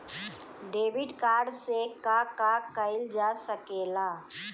Debit card से का का कइल जा सके ला?